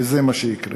וזה מה שיקרה.